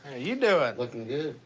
you doing? looking good.